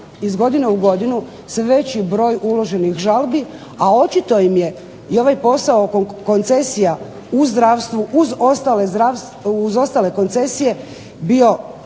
iz godine u godinu sve veći broj uloženih žalbi, a očito im je ovaj posao koncesija u zdravstvu, uz ostale koncesije bio